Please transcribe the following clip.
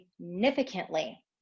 significantly